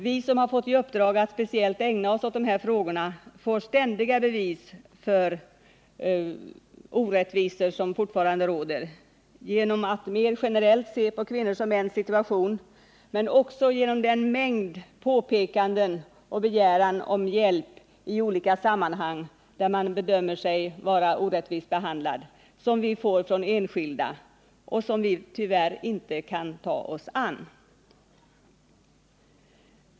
Vi som har fått i uppdrag att speciellt ägna oss åt dessa frågor får ständiga bevis för orättvisor som fortfarande råder både genom att mer generellt se på kvinnors och mäns situation och genom den mängd påpekanden och begäran om hjälp i olika sammanhang där man bedömer sig vara orättvist behandlad som vi får från enskilda men som vi tyvärr inte kan ta oss an.